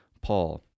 Paul